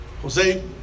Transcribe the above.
Jose